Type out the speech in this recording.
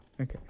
okay